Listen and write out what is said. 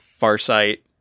Farsight